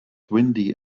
windy